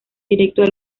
directo